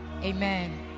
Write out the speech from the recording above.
Amen